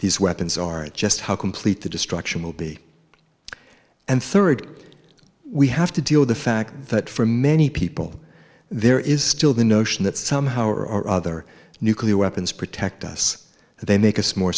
these weapons aren't just how complete the destruction will be and third we have to deal with the fact that for many people there is still the notion that somehow or other nuclear weapons protect us they make us more